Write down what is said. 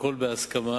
הכול בהסכמה